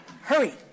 Hurry